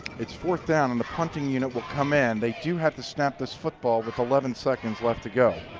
it's fourth down and the punting unit will come in. they do have to snap this football with eleven seconds left to go.